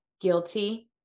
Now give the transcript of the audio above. guilty